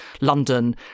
London